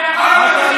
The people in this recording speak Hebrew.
מה אתה,